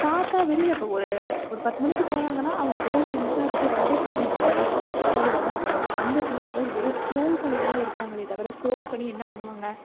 பார்த்தா வெளியில் இப்போ ஒரு ஒரு பத்து மணிக்கு போகிறாங்கன்னா அவங்க வெளியில் இன்ஸ்டா விட்டு வர்றதே பன்னெண்டாகிடும் டூ ஹவர்ஸ் கணக்கு அந்த டூ ஹவர்ஸ் வெறும் ஸ்க்ரோல் பண்ணிவிட்டு தான் இருப்பாங்களே தவிர ஸ்க்ரோல் பண்ணி என்ன பண்ணுவாங்க